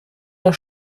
der